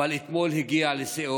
אבל אתמול הגיע לשיאו,